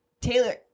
Taylor